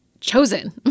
chosen